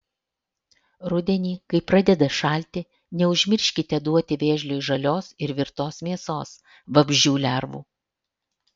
rudenį kai pradeda šalti neužmirškite duoti vėžliui žalios ir virtos mėsos vabzdžių lervų